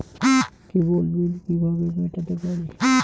কেবল bill কিভাবে মেটাতে পারি?